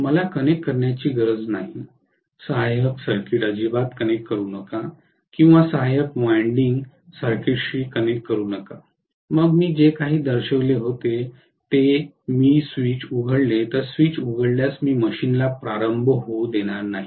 मला कनेक्ट करण्याची गरज नाही सहाय्यक सर्किट अजिबात कनेक्ट करू नका किंवा सहाय्यक वायंडिंग सर्किटशी कनेक्ट करू नका मग मी जे काही दर्शविले होते ते मी स्वीच उघडले तर स्विच उघडल्यास मी मशीनला प्रारंभ होऊ देणार नाही